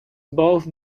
both